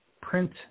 print